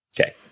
Okay